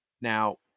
Now